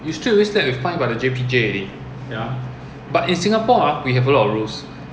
you you manage to get the road tax and permit to drive a commercial vehicle to malaysia right